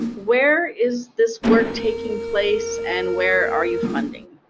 where is this work taking place, and where are you funding?